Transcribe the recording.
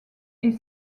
est